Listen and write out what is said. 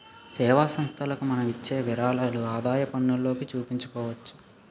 సేవా సంస్థలకు మనం ఇచ్చే విరాళాలు ఆదాయపన్నులోకి చూపించుకోవచ్చు